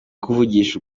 kuvugisha